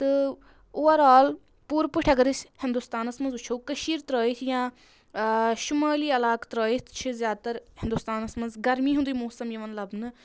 تہٕ اُوَر آل پوٗرٕ پٲٹھۍ اگر أسۍ ہِندوستانَس منٛز وٕچھو کٔشیٖر ترٲوِتھ یا شُمٲلی علاقہٕ ترٛٲوِتھ چھِ زیادٕ تَر ہِندُستانَس منٛز گرمی ہُنٛدے موسم یِوان لَبنہٕ